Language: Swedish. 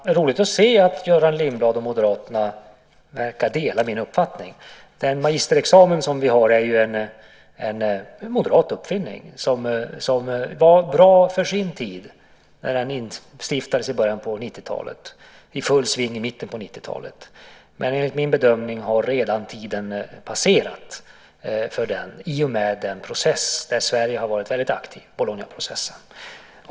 Herr talman! Det är roligt att höra att Göran Lindblad och Moderaterna verkar dela min uppfattning. Den magisterexamen som vi har är ju en moderat uppfinning. Den var bra på sin tid, när den instiftades i början på 90-talet och var i full sving i mitten på 90-talet, men enligt min bedömning har tiden redan passerat för den i och med den process som Sverige har varit väldigt aktiv i, Bolognaprocessen.